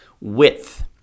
Width